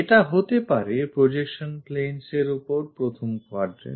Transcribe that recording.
এটা হতে পারে projection planes এর প্রথম quadrant